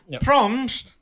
Proms